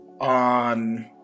on